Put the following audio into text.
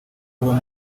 ruba